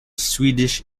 swedish